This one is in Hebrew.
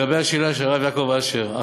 לגבי השאלה של הרב יעקב אשר,